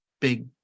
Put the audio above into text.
big